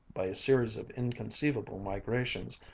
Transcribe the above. by a series of inconceivable migrations,